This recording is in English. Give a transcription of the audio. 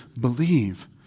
believe